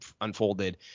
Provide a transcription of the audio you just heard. unfolded